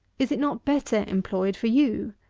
is it not better employed for you?